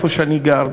איפה שאני גר,